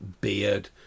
beard